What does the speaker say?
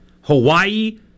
Hawaii